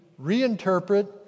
reinterpret